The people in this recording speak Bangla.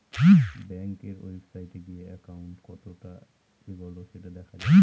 ব্যাঙ্কের ওয়েবসাইটে গিয়ে একাউন্ট কতটা এগোলো সেটা দেখা যাবে